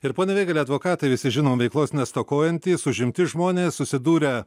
ir pone vėgėle advokatai visi žinom veiklos nestokojantys užimti žmonės susidūrę